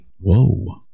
whoa